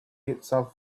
itself